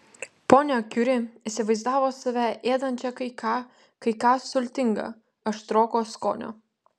ponia kiuri įsivaizdavo save ėdančią kai ką kai ką sultinga aštroko skonio